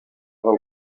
del